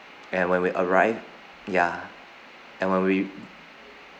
and when we arrived ya and when we